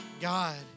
God